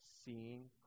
seeing